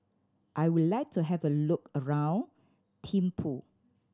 I would like to have a look around Thimphu